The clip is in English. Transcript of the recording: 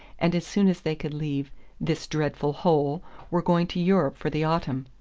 and as soon as they could leave this dreadful hole were going to europe for the autumn.